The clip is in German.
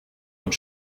und